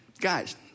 Guys